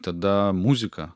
tada muzika